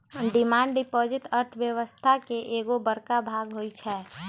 demand deposit अर्थव्यवस्था के एगो बड़का भाग होई छै